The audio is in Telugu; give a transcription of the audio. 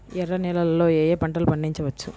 ఎర్ర నేలలలో ఏయే పంటలు పండించవచ్చు?